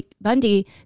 Bundy